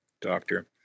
doctor